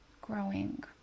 growing